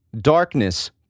darkness